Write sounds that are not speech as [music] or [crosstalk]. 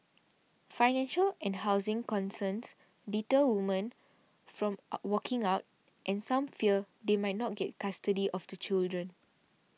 financial and housing concerns deter women from [noise] walking out and some fear they may not get custody of the children